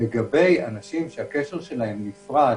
לגבי אנשים שהקשר שלהם נפרד